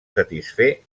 satisfer